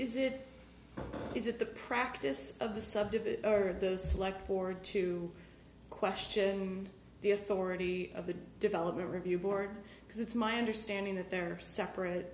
is it is it the practice of the subdivision or the select board to question the authority of the development review board because it's my understanding that there are separate